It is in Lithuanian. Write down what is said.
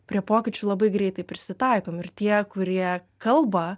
prie pokyčių labai greitai prisitaikom ir tie kurie kalba